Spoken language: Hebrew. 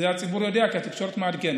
את זה הציבור יודע כי התקשורת מעדכנת,